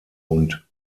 und